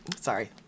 sorry